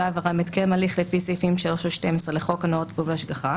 העבירה מתקיים הליך לפי סעיפים 3 ו-12 לחוק הנוער (טיפול והשגחה).